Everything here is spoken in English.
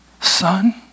Son